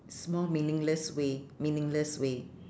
small meaningless way meaningless way